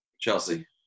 Chelsea